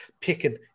picking